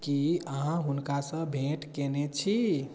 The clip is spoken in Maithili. की अहाँ हुनका सँ भेट कयने छी